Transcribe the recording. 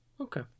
Okay